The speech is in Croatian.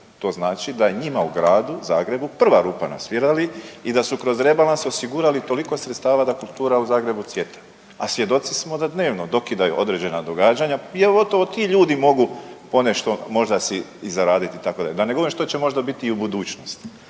To znači da je njima u gradu Zagrebu prva rupa na svirali i da su kroz rebalans osigurali toliko sredstava da kultura u Zagrebu cvijeta. A svjedoci smo da dnevno dokidaju određena događanja i evo gotovo ti ljudi mogu ponešto možda si i zaraditi itd., da ne govorim što će možda biti i u budućnosti.